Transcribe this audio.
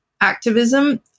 activism